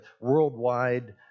worldwide